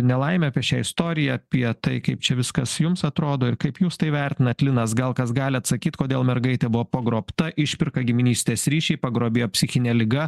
nelaimę apie šią istoriją apie tai kaip čia viskas jums atrodo ir kaip jūs tai vertinat linas gal kas gali atsakyt kodėl mergaitė buvo pagrobta išpirka giminystės ryšiai pagrobėjo psichinė liga